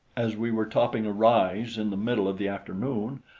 as we were topping a rise in the middle of the afternoon,